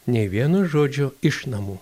nei vieno žodžio iš namų